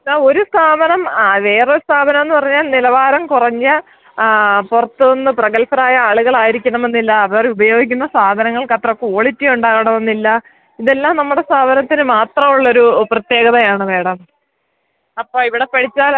ആ ഒരു സ്ഥാപനം ആ വേറൊരു സ്ഥാപനം എന്ന് പറഞ്ഞാൽ നിലവാരം കുറഞ്ഞ പുറത്ത് നിന്ന് പ്രഗത്ഭരായ ആളുകളായിരിക്കണമെന്നില്ല അവർ ഉപയോഗിക്കുന്ന സാധനങ്ങൾക്കത്ര ക്വാളിറ്റി ഉണ്ടാകണമെന്നില്ല ഇതെല്ലാം നമ്മുടെ സ്ഥാപനത്തിന് മാത്രം ഉള്ള ഒരു പ്രത്യേകതയാണ് മാഡം അപ്പം ഇവിടെ പഠിച്ചാൽ